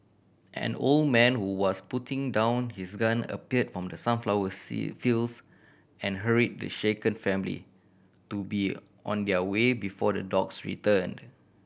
an old man who was putting down his gun appeared from the sunflower sea fields and hurried the shaken family to be on their way before the dogs returned